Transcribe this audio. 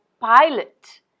pilot